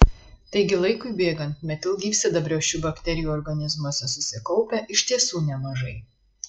taigi laikui bėgant metilgyvsidabrio šių bakterijų organizmuose susikaupia iš tiesų nemažai